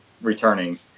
returning